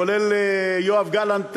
כולל יואב גלנט,